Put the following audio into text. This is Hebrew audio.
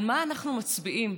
על מה אנחנו מצביעים?